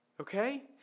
Okay